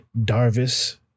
Darvis